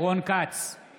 נגד יוראי להב הרצנו,